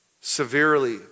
severely